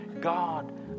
God